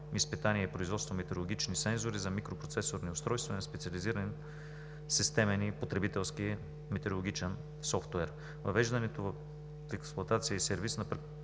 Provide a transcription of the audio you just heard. изпитание и производство на метеорологични сензори за микропроцесорни устройства на специализиран системен и потребителски метеорологичен софтуер; въвеждане в експлоатация и сервиз на професионално